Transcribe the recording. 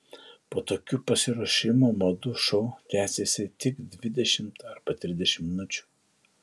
po tokių pasiruošimų madų šou tęsiasi tik dvidešimt arba trisdešimt minučių